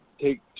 take